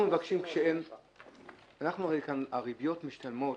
הרי הריביות משתלמות